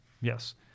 Yes